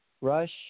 Rush